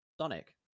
Sonic